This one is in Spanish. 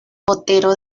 otero